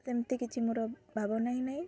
ସେମିତି କିଛି ମୋର ଭାବନା ହିଁ ନାହିଁ